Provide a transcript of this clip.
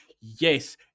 yes